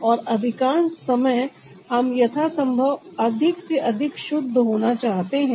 और अधिकांश समय हम यथासंभव अधिक से अधिक शुद्ध होना चाहते हैं